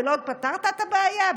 בלוד פתרת את הבעיה?